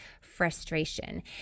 frustration